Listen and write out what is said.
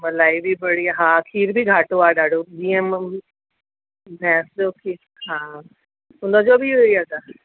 मलाई बि बढ़िया हा खीर बि घाटो आहे ॾाढो जीअं भैंस जो खीर हा उनजो बि इहेई अघि आहे